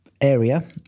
area